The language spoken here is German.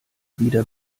wieder